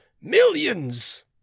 millions